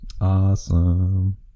Awesome